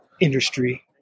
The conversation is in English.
industry